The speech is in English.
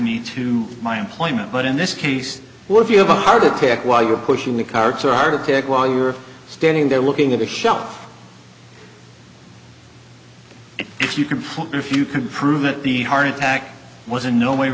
me to my employment but in this case what if you have a heart attack while you're pushing the carts or heart attack while you're standing there looking at the shelf if you can find if you can prove that the heart attack was in no way